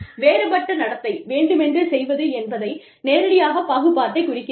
வேறுபட்ட நடத்தை வேண்டுமென்றே செய்வது என்பதை நேரடியாக பாகுபாட்டை குறிக்கிறது